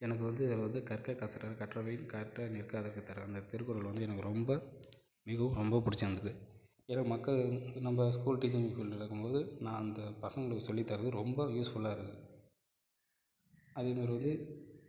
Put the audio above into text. எனக்கு வந்து அதில் வந்து கற்க கசடறக் கற்பவை கற்ற நிற்க அதற்குத் தக அந்த திருக்குறள் வந்து எனக்கு ரொம்ப மிகவும் ரொம்ப பிடிச்சுருந்தது ஏன்னால் மக்கள் நம்ப ஸ்கூல் டீச்சிங் ஃபீல்டில் இருக்கும் போது நான் அந்த பசங்களுக்கு சொல்லி தர்றது ரொம்ப யூஸ்ஃபுல்லாக இருக்குது அதேமாதிரி வந்து